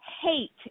hate